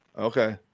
Okay